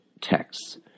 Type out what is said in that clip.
texts